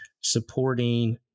supporting